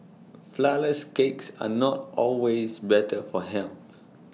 Flourless Cakes are not always better for health